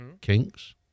Kinks